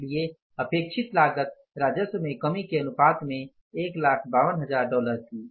इसलिए अपेक्षित लागत राजस्व में कमी के अनुपात में 152000 डॉलर थी